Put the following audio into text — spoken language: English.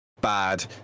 Bad